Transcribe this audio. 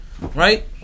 right